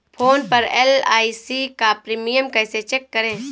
Phone पर LIC का premium कैसे चेक करें?